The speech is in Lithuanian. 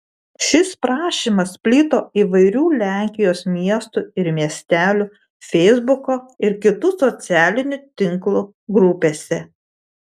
šis prašymas plito įvairių lenkijos miestų ir miestelių feisbuko ir kitų socialinių tinklų grupėse